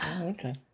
Okay